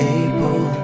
able